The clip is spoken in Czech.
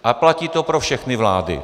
A platí to pro všechny vlády.